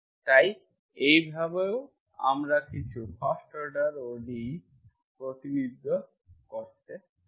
তাই এইভাবেও আমরা কিছু ফার্স্ট অর্ডার ODE প্রতিনিধিত্ব করতে পারি